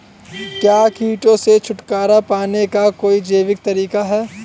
क्या कीटों से छुटकारा पाने का कोई जैविक तरीका है?